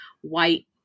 white